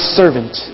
servant